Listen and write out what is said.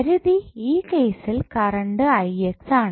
പരിധി ഈ കേസിൽ കറണ്ട് ആണ്